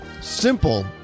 Simple